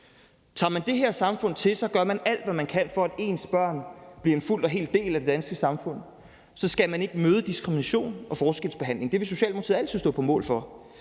Tager man det her samfund til sig, og gør man alt, hvad man kan, for, at ens børn helt og fuldt bliver en del af det danske samfund, så skal man ikke møde diskrimination og forskelsbehandling. Det vil Socialdemokratiet altid stå på mål for,